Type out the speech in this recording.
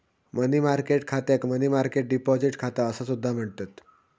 मनी market खात्याक money market deposit खाता असा सुद्धा म्हणतत